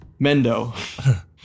Mendo